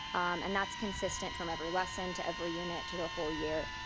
um and that's consistent from every lesson to every unit to the whole year.